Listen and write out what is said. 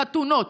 חתונות,